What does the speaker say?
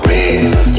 Real